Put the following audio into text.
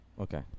Okay